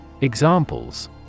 Examples